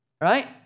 right